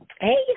Hey